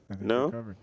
No